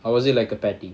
or was it like a patty